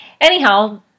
anyhow